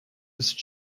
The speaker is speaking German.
ist